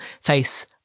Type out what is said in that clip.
face